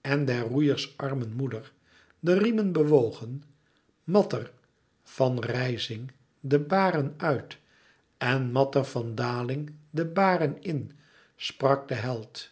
en der roeiers armen moeder de riemen bewogen matter van rijzing de baren uit en matter van daling de baren in sprak de held